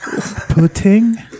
Pudding